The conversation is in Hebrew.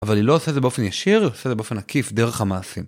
אבל היא לא עושה את זה באופן ישיר, היא עושה את זה באופן עקיף, דרך המעשים.